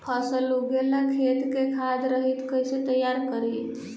फसल उगवे ला खेत के खाद रहित कैसे तैयार करी?